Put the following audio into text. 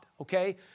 Okay